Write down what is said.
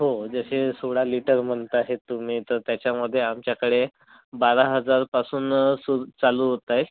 हो जसे सोळा लीटर म्हणताहे तुम्ही तर त्याच्यामध्ये आमच्याकडे बारा हजारपासून सुरू चालू होत आहेत